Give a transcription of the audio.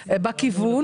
בכיוון,